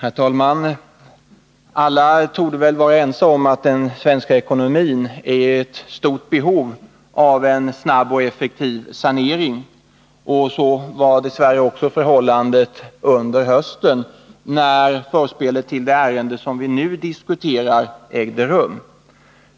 Herr talman! Alla torde vara ense om att den svenska ekonomin är i stort behov av en snabb och effektiv sanering. Så var dess värre också förhållandet under hösten, när förspelet till det ärende som vi nu diskuterar ägt rum.